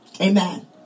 Amen